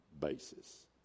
basis